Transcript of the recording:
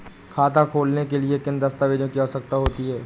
खाता खोलने के लिए किन दस्तावेजों की आवश्यकता होती है?